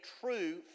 true